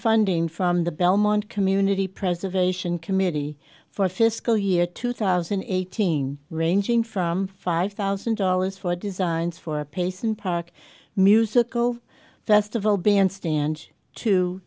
funding from the belmont community preservation committee for fiscal year two thousand and eighteen ranging from five thousand dollars for designs for pace and pack musical festival bandstand to